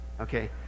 Okay